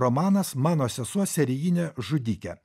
romanas mano sesuo serijinė žudikė